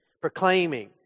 proclaiming